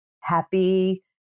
happy